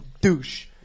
douche